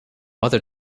other